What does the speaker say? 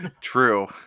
True